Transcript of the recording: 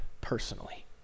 personally